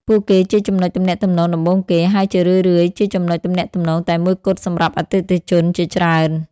ពួកគេជាចំណុចទំនាក់ទំនងដំបូងគេ ហើយជារឿយៗជាចំណុចទំនាក់ទំនងតែមួយគត់សម្រាប់អតិថិជនជាច្រើន។